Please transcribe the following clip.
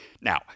Now